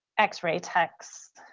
x-ray texts,